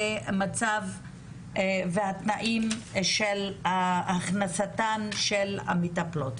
זה המצב והתנאים של הכנסתן של המטפלות.